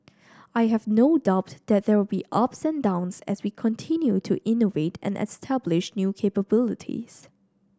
I have no doubt that there will be ups and downs as we continue to innovate and establish new capabilities